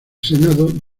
senado